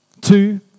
Two